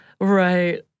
Right